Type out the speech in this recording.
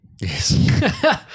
Yes